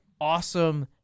awesome